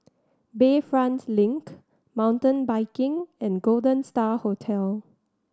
Bayfront Link Mountain Biking and Golden Star Hotel